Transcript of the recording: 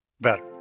better